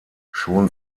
schon